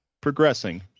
progressing